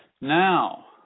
now